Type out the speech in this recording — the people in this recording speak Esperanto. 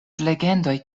legendoj